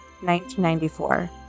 1994